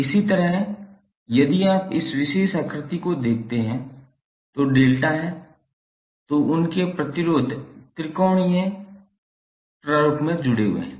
इसी तरह यदि आप इस विशेष आकृति को देखते हैं जो डेल्टा है तो उनके प्रतिरोध त्रिकोणीय प्रारूप में जुड़े हुए हैं